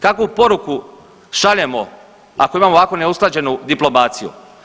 Kakvu poruku šaljemo ako imamo ovako neusklađenu diplomaciju?